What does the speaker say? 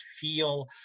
feel